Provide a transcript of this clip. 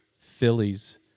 Phillies